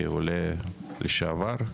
כעולה לשעבר.